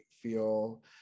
feel